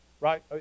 right